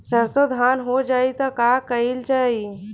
सरसो धन हो जाई त का कयील जाई?